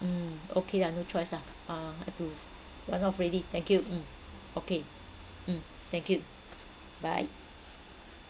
mm okay lah no choice lah um have to run off already thank you mm okay mm thank you bye